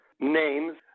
names